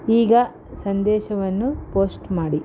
ಈಗ ಸಂದೇಶವನ್ನು ಪೋಷ್ಟ್ ಮಾಡಿ